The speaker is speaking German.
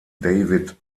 david